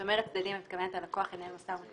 כשאת אומרת צדדים את מתכוונת הלקוח ינהל משא ומתן